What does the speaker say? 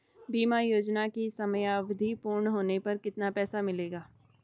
बीमा योजना की समयावधि पूर्ण होने पर कितना पैसा मिलेगा?